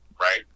right